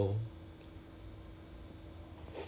我没有去看 liao eh what what what other jobs like